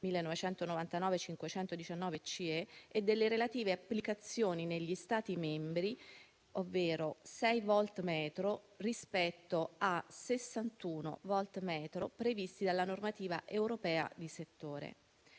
1999 CE e delle relative applicazioni negli Stati membri, ovvero 6 volt/metro rispetto a 61 volt/metro previsti dalla normativa europea di settore.